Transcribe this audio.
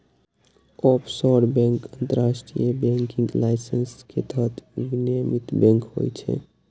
offshore bank अंतरराष्ट्रीय banking licence के तहत विनियमित बैंक होइ छै